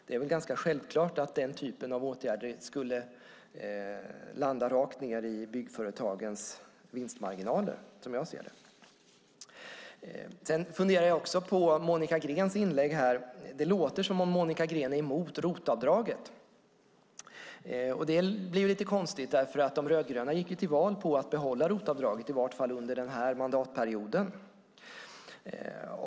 Det är väl ganska självklart att den typen av åtgärder skulle landa rakt ned i byggföretagens vinstmarginaler. Jag funderar också på Monica Greens inlägg här. Det låter som att Monica Green är emot ROT-avdraget. Det blir lite konstigt. De rödgröna gick till val på att behålla ROT-avdraget i vart fall under denna mandatperiod.